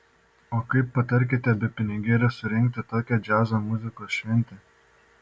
o kaip patarkite be pinigėlių surengti tokią džiazo muzikos šventę